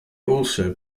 also